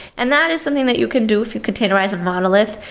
and that is something that you could do if you containerize a monolith.